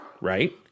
right